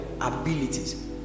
abilities